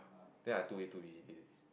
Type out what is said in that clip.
then I two A two B